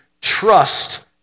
trust